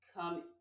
come